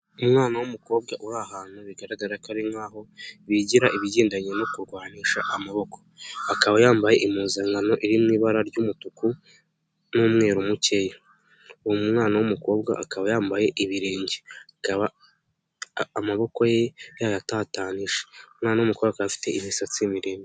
Umwana w'umukobwa uri ahantu bigaragara ko ari nkaho bigira ibigendanye no kurwanisha amaboko. Akaba yambaye impuzankano iri mu ibara ry'umutuku n'umweru mukeya. Uwo mwana w'umukobwa akaba yambaye ibirenge, amaboko ye yayatatanije kandi afite imisatsi miremire.